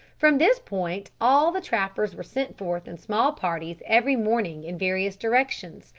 from this point all the trappers were sent forth in small parties every morning in various directions,